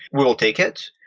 we'll take it.